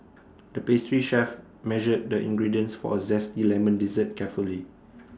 the pastry chef measured the ingredients for A Zesty Lemon Dessert carefully